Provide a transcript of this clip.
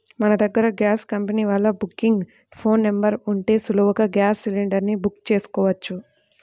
మన దగ్గర gas company వాళ్ళ బుకింగ్ ఫోన్ నెంబర్ ఉంటే సులువుగా గ్యాస్ సిలిండర్ ని బుక్ చెయ్యొచ్చు